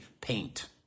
paint